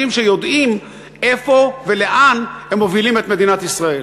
שיודעים איפה ולאן הם מובילים את מדינת ישראל?